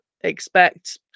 Expect